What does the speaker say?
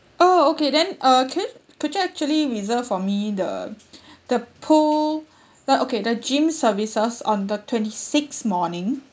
oh okay then uh can could you actually reserve for me the the pool like okay the gym services on the twenty sixth morning